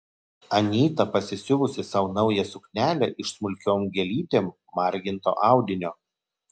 anyta pasisiuvusi sau naują suknelę iš smulkiom gėlytėm marginto audinio